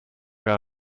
gar